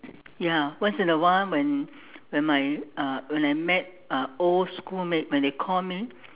ya once in a while when when my uh when I met uh old schoolmate when they call me